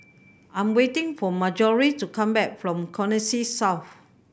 I'm waiting for Marjorie to come back from Connexis South